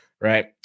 right